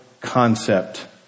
concept